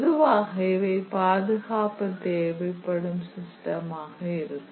பொதுவாக இவை பாதுகாப்பு தேவைப்படும் சிஸ்டம்மாக இருக்கும்